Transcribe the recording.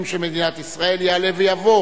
שמונה בעד, אין מתנגדים, אין נמנעים.